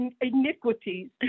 iniquities